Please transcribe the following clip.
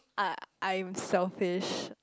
uh I'm selfish